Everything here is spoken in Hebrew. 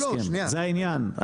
זה העניין.